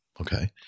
Okay